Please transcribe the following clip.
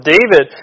David